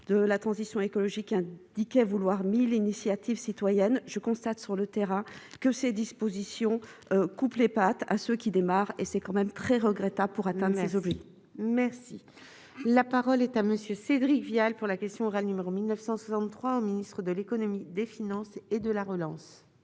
de la transition écologique un ticket vouloir 1000 initiatives citoyenne, je constate sur le terrain que ces dispositions coupe les pattes à ceux qui démarre et c'est quand même très regrettable pour atteindre ces objectifs. Merci, la parole est à Monsieur, Cédric Vial pour la question ranimeront 1963 au ministre de l'Économie, des finances et de la relance.